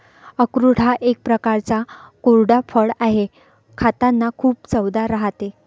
अक्रोड हा एक प्रकारचा कोरडा फळ आहे, खातांना खूप चवदार राहते